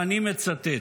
ואני מצטט: